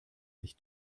sich